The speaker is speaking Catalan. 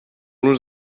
los